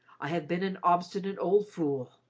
i have been an obstinate old fool,